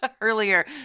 earlier